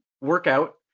workout